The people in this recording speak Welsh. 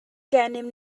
gennym